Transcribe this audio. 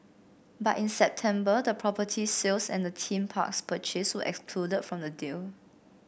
but in September the property sales and the theme parks purchase were excluded from the deal